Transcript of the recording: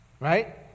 Right